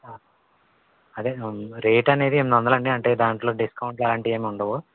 అదే ఎం రేట్ నేది ఎనిమిదొందలండి అంటే దాంట్లో డిస్కౌంట్ అలాంటి ఏమి ఉండవు